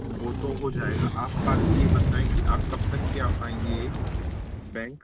वो तो हो जाएगा आप बाकी ये बताऍं कि आप कब तक कि आ पाएंगे ये बैंक